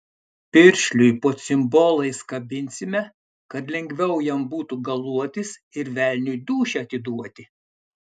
piršliui po cimbolais kabinsime kad lengviau jam būtų galuotis ir velniui dūšią atiduoti